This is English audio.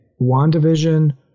WandaVision